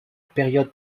période